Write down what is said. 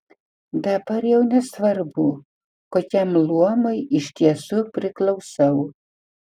dabar jau nesvarbu kokiam luomui iš tiesų priklausau